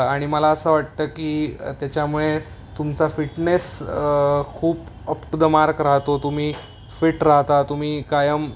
आणि मला असं वाटतं की त्याच्यामुळे तुमचा फिटनेस खूप अप टू द मार्क राहतो तुमी फिट राहता तुम्ही कायम